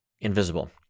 invisible